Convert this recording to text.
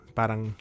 parang